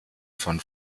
von